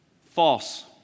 False